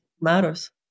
matters